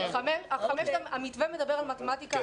המתווה מדבר על מתמטיקה,